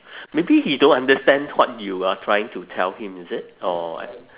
maybe he don't understand what you are trying to tell him is it or what